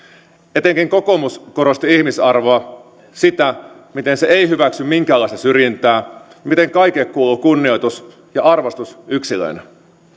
etenkin kokoomus korosti ihmisarvoa sitä miten se ei hyväksy minkäänlaista syrjintää ja miten kaikille kuuluu kunnioitus ja arvostus yksilöinä